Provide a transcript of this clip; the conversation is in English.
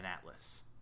atlas